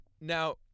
Now